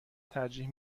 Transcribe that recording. ترجیح